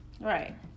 Right